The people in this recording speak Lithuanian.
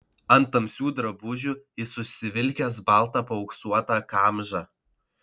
ant tamsių drabužių jis užsivilkęs baltą paauksuotą kamžą